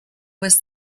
was